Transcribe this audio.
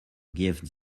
gift